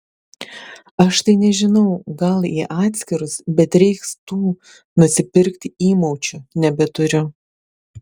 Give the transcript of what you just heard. aš tai nežinau gal į atskirus bet reiks tų nusipirkti įmaučių nebeturiu